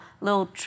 little